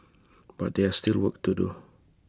but there still work to do